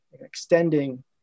extending